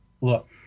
look